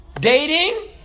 dating